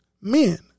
men